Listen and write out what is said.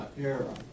era